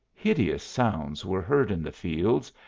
hideous sounds were heard in the fields,